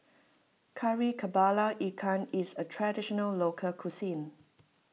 Kari Kepala Ikan is a Traditional Local Cuisine